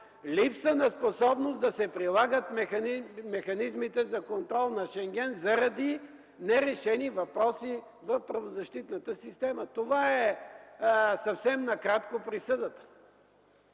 Липса на способност да се прилагат механизмите за контрол на Шенген заради нерешени въпроси в правозащитната система. Това е съвсем накратко присъдата.